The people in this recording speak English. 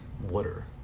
Water